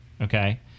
okay